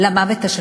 למוות השקט.